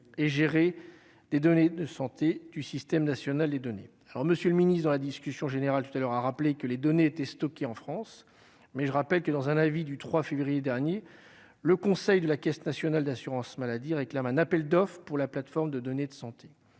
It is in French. et gérer des données de santé du système national des données alors Monsieur le ministre, dans la discussion générale, tout à l'heure, a rappelé que les données étaient stockées en France mais je rappelle que, dans un avis du 3 février dernier le conseil de la Caisse nationale d'assurance maladie réclame un appel d'offres pour la plateforme de données de santé,